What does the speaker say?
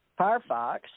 Firefox